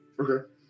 Okay